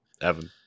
Evan